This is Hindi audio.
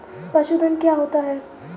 पशुधन क्या होता है?